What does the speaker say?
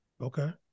Okay